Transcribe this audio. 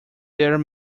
there